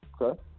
okay